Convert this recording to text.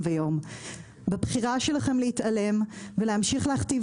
בבחירה שלכם להתעלם ולהמשיך להכתיב